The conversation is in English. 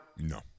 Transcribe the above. No